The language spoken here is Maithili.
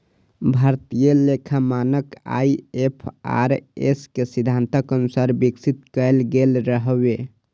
भारतीय लेखा मानक आई.एफ.आर.एस के सिद्धांतक अनुसार विकसित कैल गेल रहै